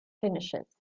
finishes